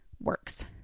works